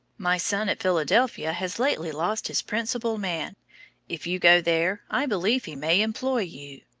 my son at philadelphia has lately lost his principal man if you go there, i believe he may employ you